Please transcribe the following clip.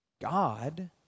God